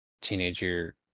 teenager